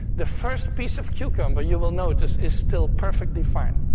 the first piece of cucumber you will notice is still perfectly fine.